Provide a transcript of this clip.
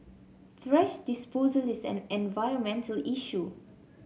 thrash disposal is an environmental issue